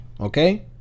Okay